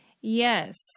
Yes